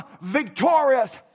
victorious